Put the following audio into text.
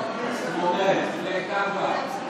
פתאום עלה מס קנייה על צלחות פלסטיק,